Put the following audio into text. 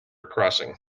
crossing